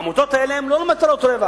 העמותות האלה הן לא למטרות רווח,